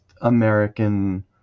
American